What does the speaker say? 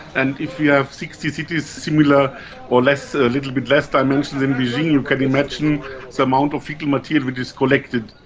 and if you have sixty cities similar or a ah little bit less dimensions than beijing, you can imagine the amount of faecal material is collected.